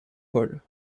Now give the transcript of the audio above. paul